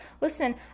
Listen